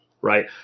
right